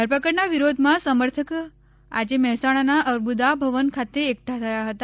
ધરપકડના વિરોધમાં સમર્થકો આજે મહેસાણાના અર્બુદા ભવન ખાતે એકઠા થયા હતા